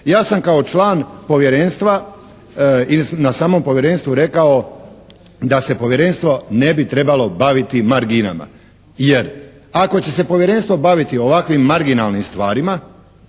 Ja sam kao član Povjerenstva na samom Povjerenstvu rekao da se Povjerenstvo ne bi trebalo baviti marginama jer ako će se Povjerenstvo baviti ovakvim marginalnim stvarima